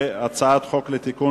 (הכשרת רופא המוסמך לקבוע דרגת נכות),